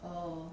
oh